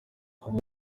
avuga